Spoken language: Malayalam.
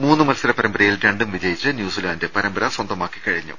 മൂന്നു മത്സര പരമ്പരയിൽ രണ്ടും വിജയിച്ച് ന്യൂസിലാന്റ് പരമ്പര സ്വന്തമാക്കി കഴിഞ്ഞു